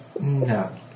No